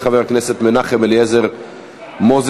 של חבר הכנסת מנחם אליעזר מוזס,